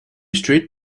street